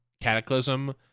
Cataclysm